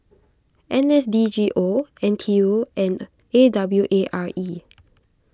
N S D G O N T U and A W A R E